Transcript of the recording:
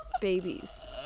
Babies